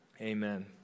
amen